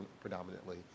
predominantly